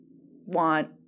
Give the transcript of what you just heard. want